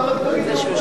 אתה רק תביא עובדות.